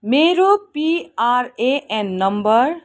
मेरो PRAN number